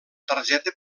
targeta